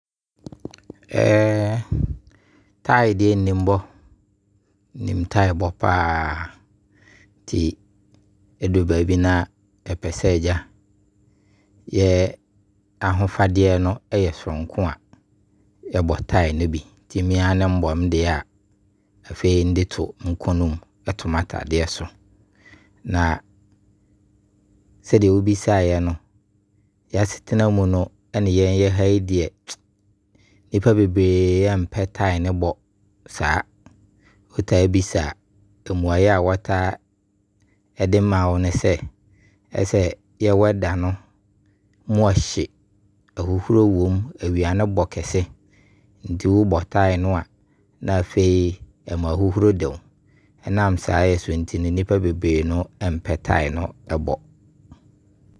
'Tie' deɛ nnim bɔ. Nnim 'tie' bɔ paa Nti ɛduru baabi na yɛpɛ sɛ, agya, yɛahofadeɛ a ɛyɛ sononko a, yɛbɔ 'tie' no bi. Nti mea ne mbɔ me deɛ na afei nde to nkɔnom, to m’ataadeɛ so. Na sɛdeɛ wobisaeɛ no, y'asetena mu no ɛne yɛha yi deɛ nnipa bebree ɛmpɛ 'tie' no bɔ saa Wobisaa mmuaeɛ wɔtaa de ma wo ne sɛ yɛ 'weather' no mu ɛhye, ahuhuro nso wɔ mu, awia no bɔ kese. Nti wobɔ 'tie' no a, ɛma ahuhuro de wo. Ne saa yɛ so nti no nnipa bebree no ɛmpɛ 'tie' no ne bɔ.